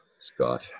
scott